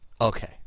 Okay